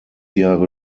jahre